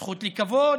הזכות לכבוד,